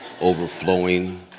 overflowing